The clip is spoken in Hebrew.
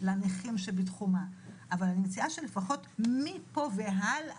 שהאזרחים ושהתושבים של הרשות משתמשים בהם באופן יותר תדיר ולכן שם,